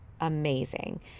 amazing